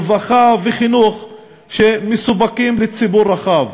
רווחה וחינוך שמסופקים לציבור רחב.